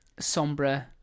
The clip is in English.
sombra